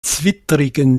zwittrigen